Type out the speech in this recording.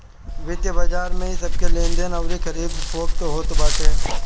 वित्तीय बाजार में इ सबके लेनदेन अउरी खरीद फोक्त होत बाटे